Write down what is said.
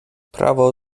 prawo